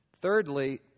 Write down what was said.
Thirdly